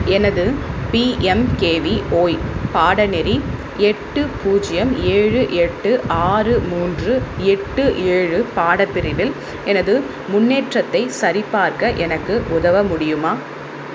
எனது பிஎம்கேவிஓய் பாடநெறி எட்டு பூஜ்ஜியம் ஏழு எட்டு ஆறு மூன்று எட்டு ஏழு பாடப்பிரிவில் எனது முன்னேற்றத்தைச் சரிபார்க்க எனக்கு உதவ முடியுமா